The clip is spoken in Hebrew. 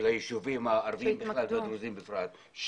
היישובים הערביים בכלל ושל הדרוזים בפרט,